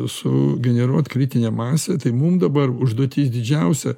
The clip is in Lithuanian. sugeneruot kritinę masę tai mum dabar užduotis didžiausia